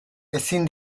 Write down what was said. ezin